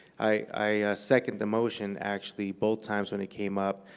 i second the motion actually both times when it came up.